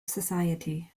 society